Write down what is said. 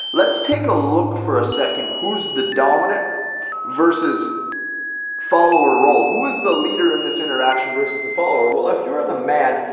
let's take a look for a second who's the dominant versus follower role who is the leader in this interaction versus the follower? well, if you're the man,